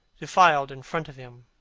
defiled in front of him,